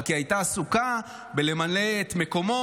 רק שהיא הייתה עסוקה בלמלא את מקומו